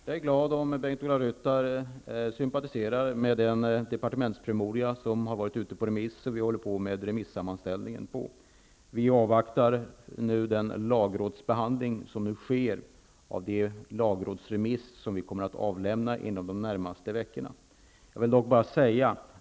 Fru talman! Jag är glad att Bengt-Ola Ryttar sympatiserar med den departementspromemoria som har varit ute på remiss. Vi arbetar för närvarande med remissammanställningen. Vi avvaktar nu den lagrådsbehandling som skall ske på den lagrådsremiss som skall avlämnas de närmaste veckorna.